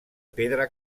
pedra